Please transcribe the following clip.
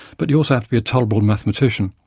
but you also have to be a tolerable mathematician.